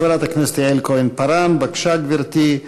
חברת הכנסת יעל כהן-פארן, בבקשה, גברתי.